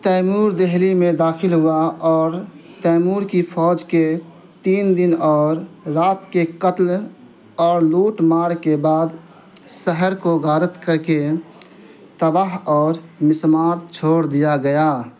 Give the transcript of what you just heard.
Timur Delhi میں داخل ہوا اور تیمور کی فوج کے تین دن اور رات کے قتل اور لوٹ مار کے بعد شہر کو غارت کر کے تباہ اور مسمار چھوڑ دیا گیا